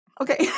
Okay